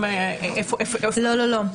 לא, לא, לא.